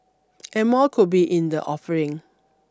and more could be in the offering